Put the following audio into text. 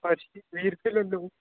ਭਾਅ ਜੀ ਵੀਹ ਰੁਪਏ ਲੈ ਲਉ